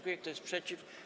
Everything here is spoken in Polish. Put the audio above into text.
Kto jest przeciw?